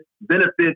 benefits